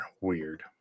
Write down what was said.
weird